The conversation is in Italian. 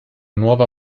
nuova